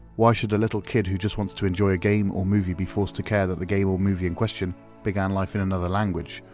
why should a little kid who just wants to enjoy a game or movie be forced to care that the game or movie in question began life in another language,